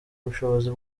ubushobozi